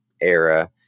era